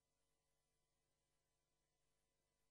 חמאס